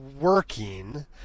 working